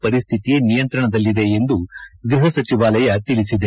ಪರಿಸ್ತಿತಿ ನಿಯಂತ್ರಣದಲ್ಲಿದೆ ಎಂದು ಗೃಹ ಸಚಿವಾಲಯ ಹೇಳಿದೆ